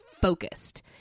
focused